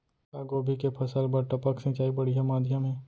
का गोभी के फसल बर टपक सिंचाई बढ़िया माधयम हे?